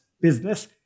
business